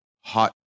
hot